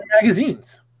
magazines